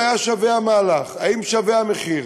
אם היה שווה המהלך, אם שווה המחיר,